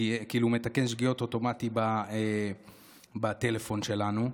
כאילו מתקן שגיאות אוטומטי בטלפון שלנו.